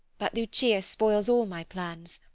but lucia spoils all my plans.